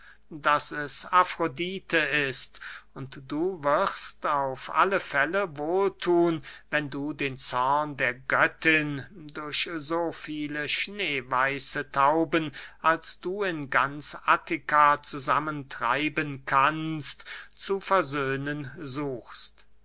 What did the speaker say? daß es afrodite ist und du wirst auf alle fälle wohl thun wenn du den zorn der göttin durch so viele schneeweiße tauben als du in ganz attika zusammentreiben kannst zu versöhnen suchst